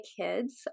kids